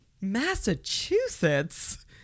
Massachusetts